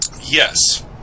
yes